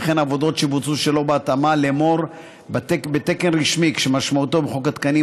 וכן עבודות שבוצעו שלא בהתאמה לאמור בתקן רשמי כמשמעותו בחוק התקנים,